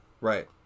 Right